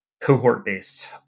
cohort-based